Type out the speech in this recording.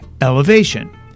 Elevation